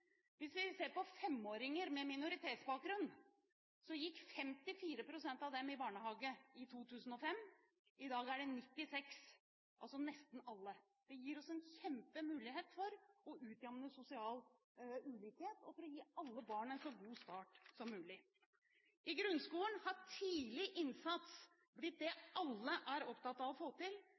Hvis vi ser på femåringer med minoritetsbakgrunn, gikk 54 pst. av dem i barnehage i 2005. I dag er det 96 pst., altså nesten alle. Det gir oss en kjempemulighet for å utjevne sosial ulikhet og til å gi alle barn en så god start som mulig. I grunnskolen har tidlig innsats blitt det alle er opptatt av å få til.